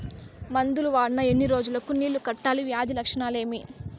మందులు వాడిన ఎన్ని రోజులు కు నీళ్ళు కట్టాలి, వ్యాధి లక్షణాలు ఏమి?